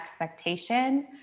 expectation